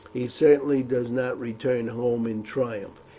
he certainly does not return home in triumph.